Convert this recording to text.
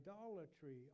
idolatry